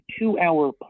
two-hour